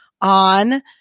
on